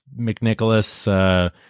McNicholas